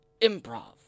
improv